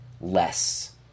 less